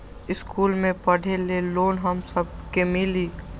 इश्कुल मे पढे ले लोन हम सब के मिली?